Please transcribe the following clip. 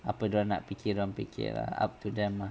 apa dia orang nak fikir fikir ah up to them lah